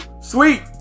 sweet